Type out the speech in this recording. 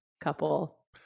couple